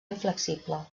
inflexible